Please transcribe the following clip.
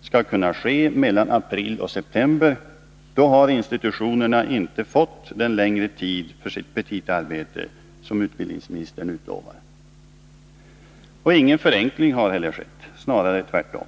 skall kunna ske mellan april och september — då har institutionerna inte fått den längre tid för sitt petitaarbete som utbildningsministern utlovar. Ingen förenkling har heller skett, snarare tvärtom.